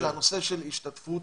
זה הנושא של השתתפות